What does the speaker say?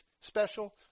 special